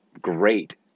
great